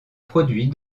produit